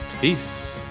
peace